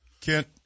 Kent